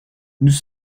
nous